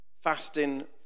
fasting